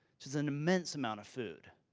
it was an immense amount of food.